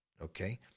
okay